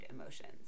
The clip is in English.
emotions